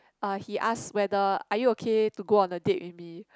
uh he ask whether are you okay to go on a date with me